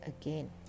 again